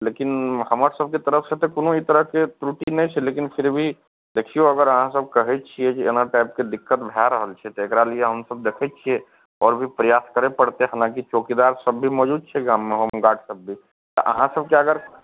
लेकिन हमर सभके तरफसे तऽ कोनो ई तरहके त्रुटि नहि छै लेकिन फिर भी देखिऔ अगर अहाँसभ कहै छिए जे एना टाइपके दिक्कत भए रहल छै तऽ एकरा लिए हमसभ देखै छिए आओर भी प्रयास करै पड़तै हलाँकि चौकीदारसभ भी मौजूद छै गाममे होमगार्डसभ भी तऽ अहाँ सभकेँ अगर